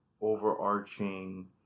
overarching